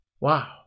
Wow